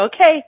Okay